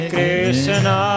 Krishna